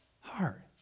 heart